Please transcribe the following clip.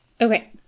Okay